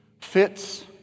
fits